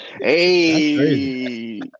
Hey